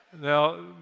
Now